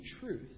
truth